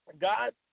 God